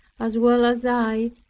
as well as i,